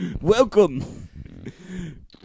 welcome